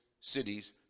cities